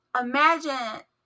Imagine